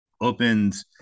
opens